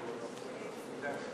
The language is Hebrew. בבקשה,